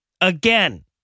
Again